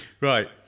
Right